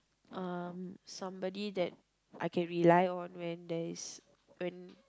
uh somebody that I can rely on when there is when